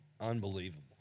Unbelievable